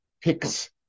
picks